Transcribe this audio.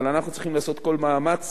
אבל אנחנו צריכים לעשות כל מאמץ